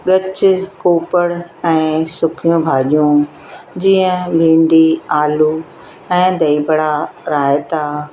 ॻच कोपण ऐं सुकियूं भाॼियूं जीअं भिंडी आलू ऐं दही बड़ा रायता